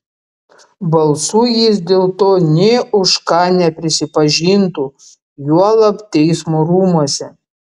balsu jis dėl to nė už ką neprisipažintų juolab teismo rūmuose